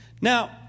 Now